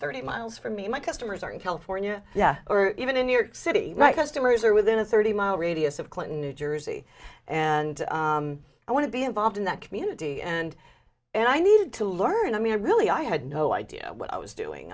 thirty miles from me my customers are in california yeah or even in new york city my customers are within a thirty mile radius of clinton new jersey and i want to be involved in that community and and i needed to learn i mean i really i had no idea what i was doing